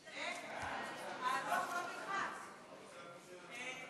ההצעה להעביר את הצעת חוק הבטחת הכנסה (תיקון מס' 46)